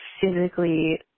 physically